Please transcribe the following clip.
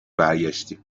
برگشتی